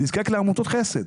נזקק לעמותת חסד,